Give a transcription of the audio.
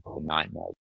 nightmare